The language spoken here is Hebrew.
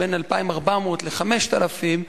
בין 2,400 ל-5,000.